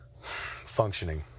functioning